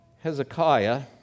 Hezekiah